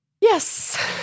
Yes